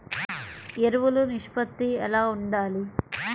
ఎరువులు నిష్పత్తి ఎలా ఉండాలి?